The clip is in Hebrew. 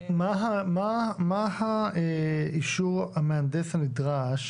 --- מה הוא אישור המהנדס הנדרש